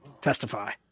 Testify